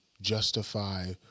justify